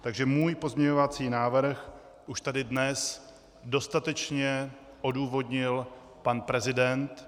Takže můj pozměňovací návrh už tady dnes dostatečně odůvodnil pan prezident.